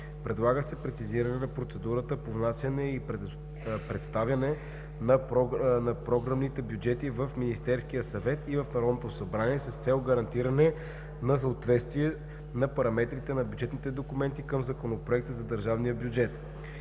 Предлага се прецизиране на процедурата по внасяне и представяне на програмните бюджети в Министерския съвет и в Народното събрание с цел гарантиране на съответствие на параметрите на бюджетните документи към Законопроекта за държавния бюджет.